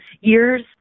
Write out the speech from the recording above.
years